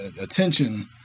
attention